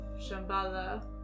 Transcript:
Shambhala